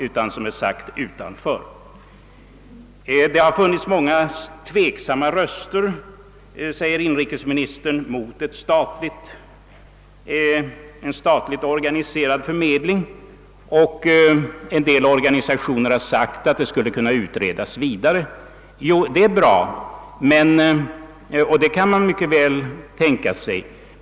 Inrikesministern hänvisar till att många tveksamma röster har höjts mot tanken på en statligt organiserad förmedling, och en del organisationer har menat att frågan skulle kunna utredas ytterligare. Ja, det är mycket bra och det kan man mycket väl tänka sig.